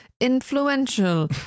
influential